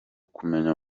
kumenya